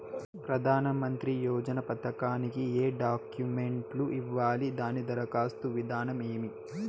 ప్రధానమంత్రి యోజన పథకానికి ఏ డాక్యుమెంట్లు ఇవ్వాలి దాని దరఖాస్తు విధానం ఏమి